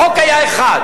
החוק היה אחד: